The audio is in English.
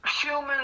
human